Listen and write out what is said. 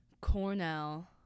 Cornell